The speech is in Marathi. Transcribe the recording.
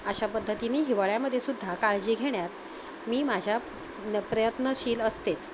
अशा पद्धतीनी हिवाळ्यामध्येसुद्धा काळजी घेण्यात मी माझ्या न प्रयत्नशील असतेच